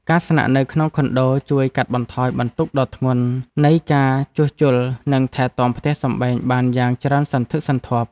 ការស្នាក់នៅក្នុងខុនដូជួយកាត់បន្ថយបន្ទុកដ៏ធ្ងន់នៃការជួសជុលនិងថែទាំផ្ទះសម្បែងបានយ៉ាងច្រើនសន្ធឹកសន្ធាប់។